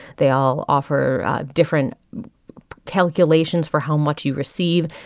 they all offer different calculations for how much you receive.